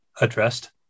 addressed